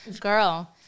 girl